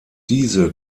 diese